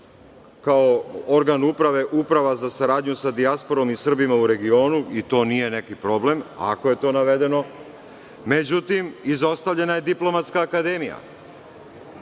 kao organ uprave Uprava za saradnju sa dijasporom i Srbima u regionu i to nije neki problem ako je to navedeno. Međutim, izostavljena je Diplomatska akademija,